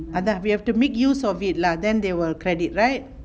!hanna! we have to make use of it lah then they will credit right